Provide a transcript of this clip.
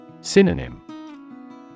Synonym